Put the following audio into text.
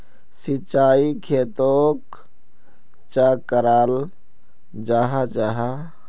सिंचाई खेतोक चाँ कराल जाहा जाहा?